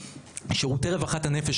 שירותי רווחת הנפש,